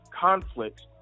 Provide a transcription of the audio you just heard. conflict